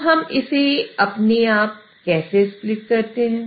तो हम इसे अपने आप कैसे स्प्लिट करते हैं